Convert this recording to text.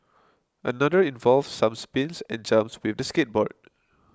another involved some spins and jumps with the skateboard